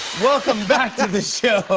welcome back to the show.